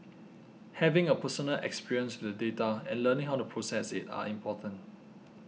having a personal experience with the data and learning how to process it are important